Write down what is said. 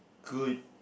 good